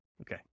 Okay